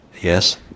yes